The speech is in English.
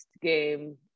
game